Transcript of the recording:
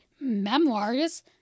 memoirs